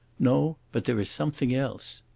no, but there is something else.